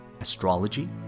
astrology